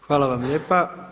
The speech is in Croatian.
Hvala vam lijepa.